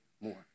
more